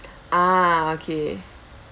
ah okay